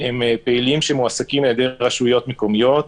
יש פעילים שמועסקים על ידי רשויות מקומיות,